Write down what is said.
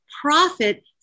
profit